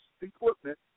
equipment